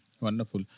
Wonderful